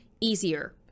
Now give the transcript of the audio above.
easier